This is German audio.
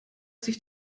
sich